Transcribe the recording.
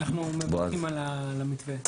אנחנו מברכים על המתווה.